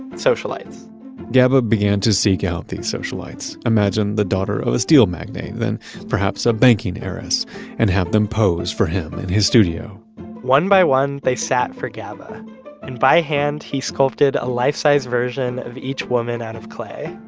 socialites gaba began to seek out these socialites imagine the daughter of a steel magnate, then perhaps a banking heiress and have them pose for him in his studio one by one they sat for gaba and by hand he sculpted a life size version of each woman out of clay.